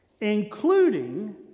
including